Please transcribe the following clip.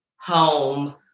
home